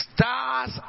Stars